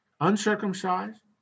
uncircumcised